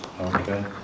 Okay